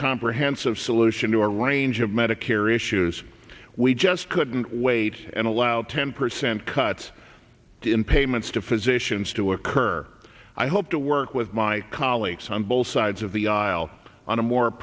comprehensive solution to a range of medicare issues we just couldn't wait and allow ten percent cuts in payments to physicians to occur i hope to work with my colleagues on both sides of the aisle on a more